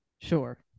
Sure